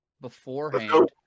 beforehand